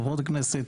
וחברות הכנסת,